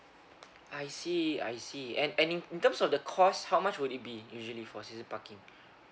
I see I see and and in in terms of the cost how much would it be usually for season parking